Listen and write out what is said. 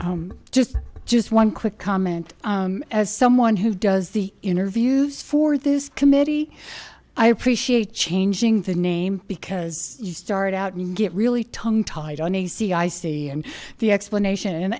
vincent just just one quick comment as someone who does the interviews for this committee i appreciate changing the name because you start out and get really tongue tied on a cic and the explanation